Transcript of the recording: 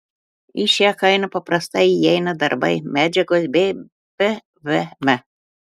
į šią kainą paprastai įeina darbai medžiagos bei pvm